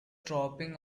dropping